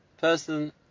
person